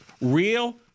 Real